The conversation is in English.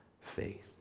faith